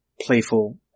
playful